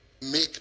Make